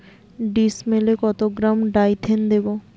ডিস্মেলে কত gram Dithane দেবো?